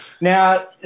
Now